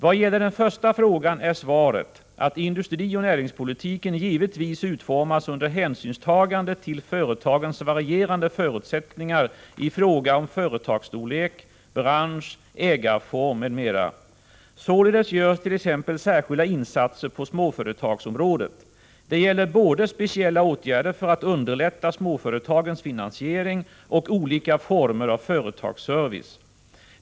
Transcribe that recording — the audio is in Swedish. Vad gäller den första frågan är svaret att industrioch näringspolitiken givetvis utformas under hänsynstagande till företagens varierande förutsättningar i fråga om företagsstorlek, bransch, ägarform m.m. Således görs t.ex. särskilda insatser på småföretagsområdet. Det gäller både speciella åtgärder för att underlätta småföretagens finansiering och olika former av företagsservice.